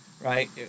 right